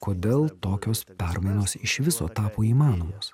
kodėl tokios permainos iš viso tapo įmanomos